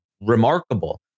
remarkable